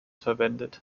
verwendet